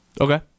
Okay